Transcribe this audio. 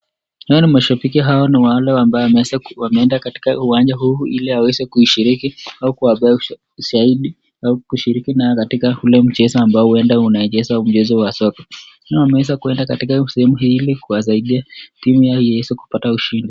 Hawa ni mashabiki, hawa ni wale ambao wameenda katika uwanja huu ili aweze kushiriki au kuwapea ushahidi au kushiriki nao katika ule mchezo ambao huenda unachezwa mchezo wa soka. Nao wameweza kuenda katika sehemu hii ili kuwasaidia timu yao iweze kupata ushindi.